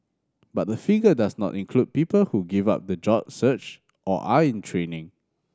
but the figure does not include people who give up the job search or are in training